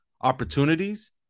opportunities